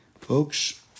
folks